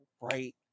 right